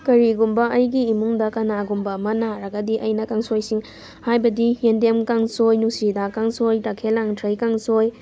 ꯀꯔꯤꯒꯨꯝꯕ ꯑꯩꯒꯤ ꯏꯃꯨꯡꯗ ꯀꯅꯥꯒꯨꯝꯕ ꯑꯃ ꯅꯥꯔꯒꯗꯤ ꯑꯩꯅ ꯀꯥꯡꯁꯣꯏ ꯁꯨꯏ ꯍꯥꯏꯕꯗꯤ ꯌꯦꯟꯗꯦꯝ ꯀꯥꯡꯁꯣꯏ ꯅꯨꯡꯁꯤꯍꯤꯗꯥꯛ ꯀꯥꯡꯁꯣꯏ ꯇꯈꯦꯜ ꯂꯥꯡꯊ꯭ꯔꯩ ꯀꯥꯡꯁꯣꯏ